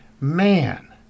man